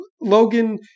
Logan